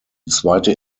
zweite